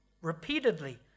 repeatedly